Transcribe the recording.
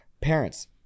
Parents